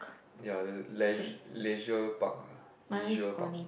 ya the leis~ leisure park ah leisure park